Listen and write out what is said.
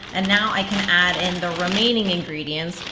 and now i can add in the remaining ingredients,